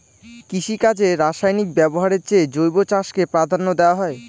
কৃষিকাজে রাসায়নিক ব্যবহারের চেয়ে জৈব চাষকে প্রাধান্য দেওয়া হয়